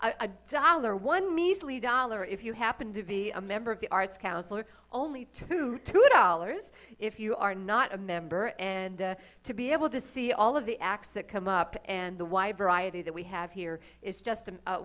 their one measly dollar if you happen to be a member of the arts council are only two two dollars if you are not a member and to be able to see all of the acts that come up and the wide variety that we have here is just